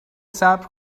صبر